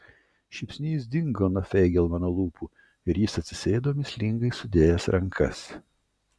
šypsnys dingo nuo feigelmano lūpų ir jis atsisėdo mįslingai sudėjęs rankas